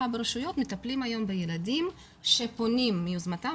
ברשויות מטפלים היום בילדים שפונים מיוזמתם,